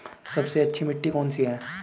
सबसे अच्छी मिट्टी कौन सी है?